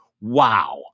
wow